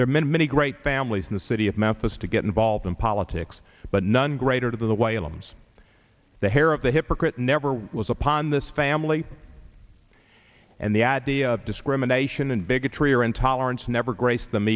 there are many many great family in the city of memphis to get involved in politics but none greater than the way alums the hair of the hypocrite never was upon this family and the idea of discrimination and bigotry are intolerance never grace them